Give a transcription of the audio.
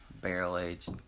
barrel-aged